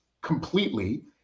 completely